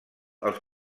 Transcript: els